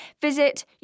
visit